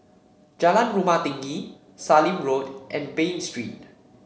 Jalan Rumah Tinggi Sallim Road and Bain Street